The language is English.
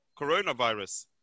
Coronavirus